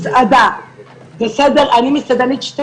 אני מסעדנית 12